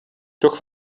toch